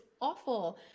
awful